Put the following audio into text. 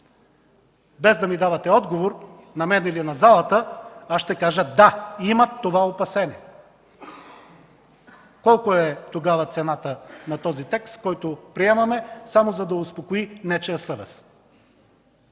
Без да ми давате отговор – на мен или залата, аз ще кажа: „Да, имам такова опасение”. Колко е тогава цената на текста, който приемаме, само за да успокои нечия съвест?